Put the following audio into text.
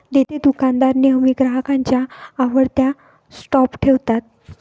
देतेदुकानदार नेहमी ग्राहकांच्या आवडत्या स्टॉप ठेवतात